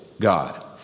God